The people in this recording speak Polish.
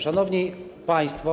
Szanowni Państwo!